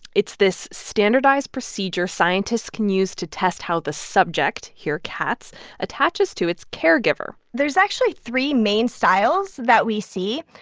it's this standardized procedure scientists can use to test how the subject here, cats attaches to its caregiver there's actually three main styles that we see.